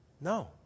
no